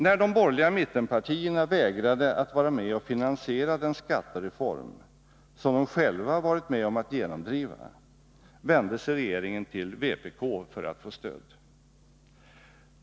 När de borgerliga mittenpartierna vägrade att deltaga i finansierandet av den skattereform som de själva varit med med om att genomdriva, vände sig regeringen till vpk för att få stöd.